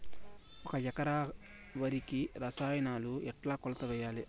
ఒక ఎకరా వరికి రసాయనాలు ఎట్లా కొలత వేయాలి?